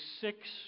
six